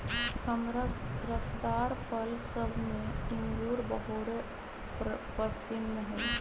हमरा रसदार फल सभ में इंगूर बहुरे पशिन्न हइ